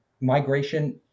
migration